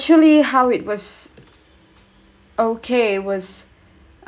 eventually how it was okay it was